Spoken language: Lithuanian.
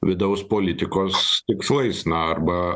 vidaus politikos tikslais na arba